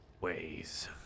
ways